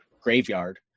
graveyard